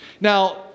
Now